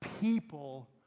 People